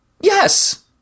Yes